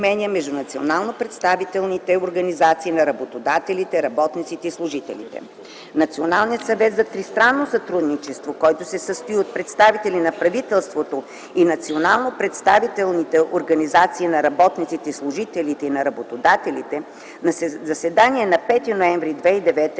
между национално представителните организации на работодателите и работниците и служителите. Националният съвет за тристранно сътрудничество, който се състои от представители на правителството и национално представителните организации на работниците и служителите и на работодателите, на заседание от 5 ноември 2009 г.